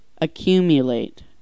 accumulate